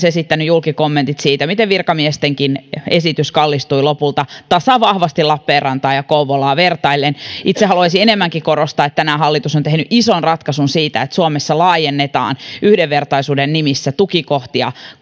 esittänyt julki kommentit siitä miten virkamiestenkin esitys kallistui lopulta tasavahvasti lappeenrantaa ja kouvolaa vertaillen itse haluaisin enemmänkin korostaa että tänään hallitus on tehnyt ison ratkaisun siitä että suomessa laajennetaan yhdenvertaisuuden nimissä tukikohtia